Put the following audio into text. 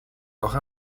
auch